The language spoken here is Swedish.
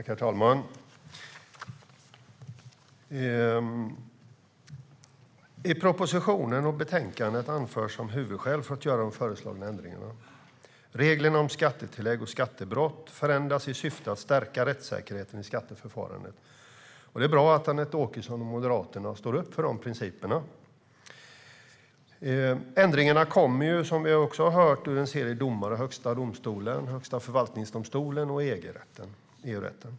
Herr talman! I propositionen och betänkandet anförs som huvudskäl för att göra de föreslagna ändringarna att reglerna om skattetillägg och skattebrott förändras i syfte att stärka rättssäkerheten i skatteförfarandet. Det är bra att Anette Åkesson och Moderaterna står upp för de principerna. Ändringarna kommer, som vi också har hört, ur en serie domar i Högsta domstolen, Högsta förvaltningsdomstolen och EU-domstolen.